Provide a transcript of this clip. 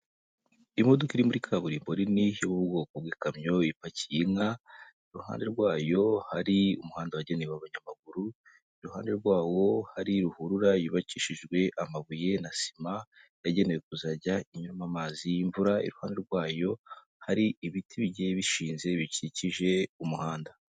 Imodoka iri muri kaburimbori n'iy'ubwoko bw'ikamyo ipakiye inka, iruhande rwayo hari umuhanda wagenewe abanyamaguru, iruhande rwawo hari ruhurura yubakishijwe amabuye na sima yagenewe kuzajya inyurama amazi y'imvura, iruhande rwayo hari ibiti bigiye bishinze bikikije umuhanda.